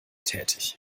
tätig